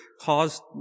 caused